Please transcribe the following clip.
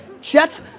Jets